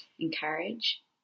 encourage